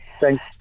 Thanks